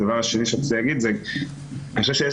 הדבר השני שרציתי להגיד אני חושב שיש